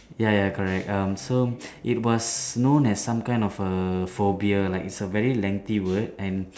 ya ya correct um so it was known as some kind of a phobia like it's a very lengthy word and